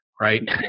Right